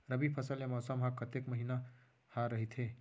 रबि फसल या मौसम हा कतेक महिना हा रहिथे?